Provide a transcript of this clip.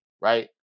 right